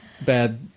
bad